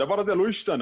הדבר הזה לא השתנה,